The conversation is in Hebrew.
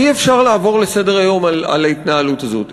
אי-אפשר לעבור לסדר-היום על ההתנהלות הזאת,